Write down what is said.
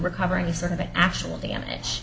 recover any sort of actual damage